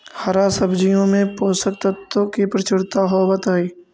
हरा सब्जियों में पोषक तत्व की प्रचुरता होवत हई